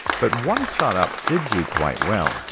but one startup did do quite well.